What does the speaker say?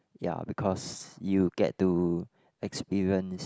ya because you get to experience